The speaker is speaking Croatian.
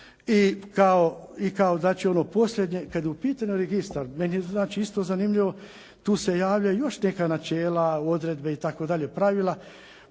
I kao ono posljednje, kad je u pitanju registar meni je isto zanimljivo. Tu se javljaju još neka načela, odredbe itd., pravila